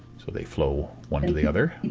so they flow one to the other.